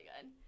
good